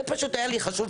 זה פשוט היה לי חשוב.